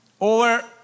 Over